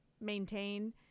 maintain